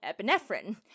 epinephrine